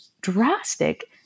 drastic